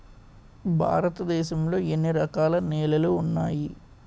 భారతదేశం లో ఎన్ని రకాల నేలలు ఉన్నాయి?